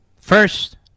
First